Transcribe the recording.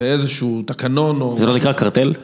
באיזשהו תקנון או... זה לא נקרא קרטל?